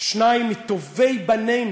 שניים מטובי בנינו,